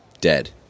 dead